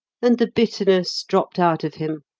and the bitterness dropped out of him,